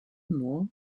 nuo